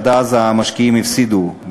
עד אז המשקיעים הפסידו.